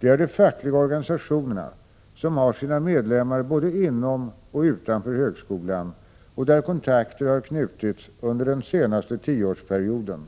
Det är de fackliga organisationerna, som har sina medlemmar både inom och utanför högskolan och där kontakter har knutits under den senaste tioårsperioden,